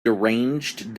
deranged